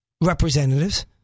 representatives